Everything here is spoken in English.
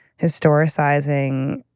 historicizing